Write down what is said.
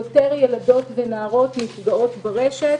יותר ילדות ונערות נפגעות ברשת.